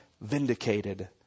vindicated